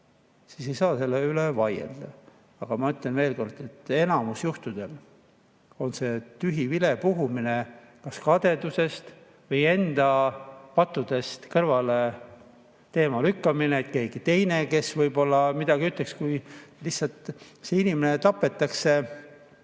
siis ei saa selle üle vaielda. Aga ma ütlen veel kord, et enamikul juhtudel on see tühi vilepuhumine, kas kadedusest või selle teema enda pattudest kõrvale lükkamine, et keegi teine võib-olla midagi ei ütleks, sest lihtsalt see inimene tapetakse